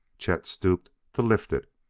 chet stooped to lift it,